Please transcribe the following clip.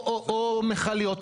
או מכליות,